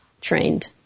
trained